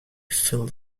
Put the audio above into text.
phil